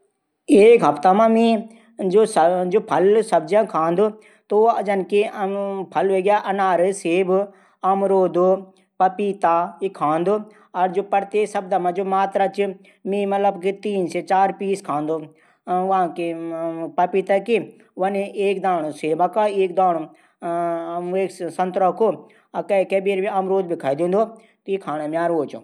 एक हप्ता फल सब्जियां फल हवेग्या अनार सेब अमरूद पपीता खाःदू। और हप्ता मा जू मात्रा च तीन से चार पीस खांदू। पपीता की एक दाणू सेव क एक संतरा कू और कै कै बार अमरूद भी खै दींदू।